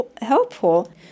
helpful